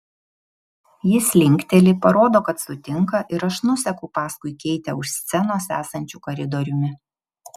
jis linkteli parodo kad sutinka ir aš nuseku paskui keitę už scenos esančiu koridoriumi